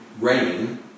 rain